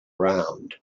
round